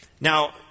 Now